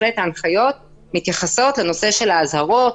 ההנחיות בהחלט מתייחסות לנושא של האזהרות.